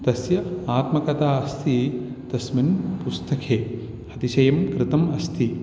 तस्य आत्मकथा अस्ति तस्मिन् पुस्तके अतिशयं कृतम् अस्ति